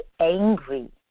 angry